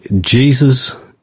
Jesus